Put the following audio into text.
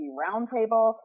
roundtable